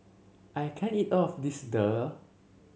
I can't eat all of this Daal